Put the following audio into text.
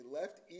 left